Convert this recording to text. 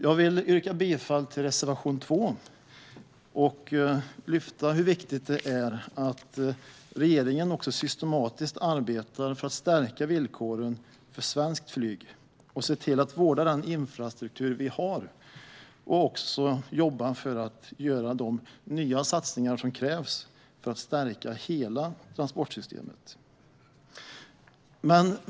Jag vill yrka bifall till reservation 2 och lyfta fram hur viktigt det är att regeringen arbetar systematiskt för att stärka villkoren för svenskt flyg, att regeringen ser till att vårda den infrastruktur vi har och jobbar för att göra de nya satsningar som krävs för att stärka hela transportsystemet.